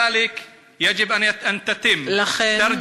לכן,